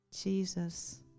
Jesus